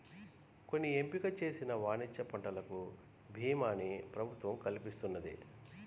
కొన్ని ఎంపిక చేసిన వాణిజ్య పంటలకు భీమాని ప్రభుత్వం కల్పిస్తున్నది